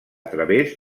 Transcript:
través